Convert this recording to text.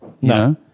No